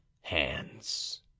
hands